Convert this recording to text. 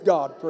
God